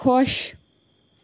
خۄش